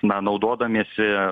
na naudodamiesi